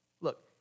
look